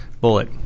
bullet